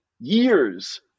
years